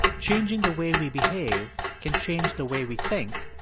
changing the way we behave can change the way we think,